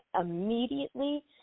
immediately